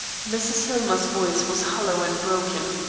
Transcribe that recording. mrs. hillmer's voice was hollow and broken.